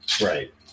Right